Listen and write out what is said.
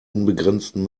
unbegrenzten